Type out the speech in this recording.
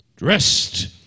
Dressed